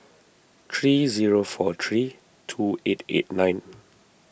three zero four three two eight eight nine